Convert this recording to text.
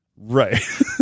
right